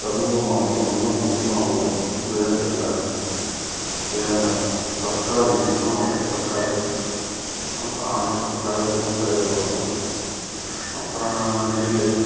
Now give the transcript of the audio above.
தர்மபுரி மாவட்டத்தில் வந்து முக்கியமாக வந்து வேர்க்கடல தேங்காய் தக்காளி முக்கியமாக வந்து தக்காளி அப்புறம் அனைத்து காய்கறிகளும் பயிரிடுவாங்க அப்புறம் நெல்லு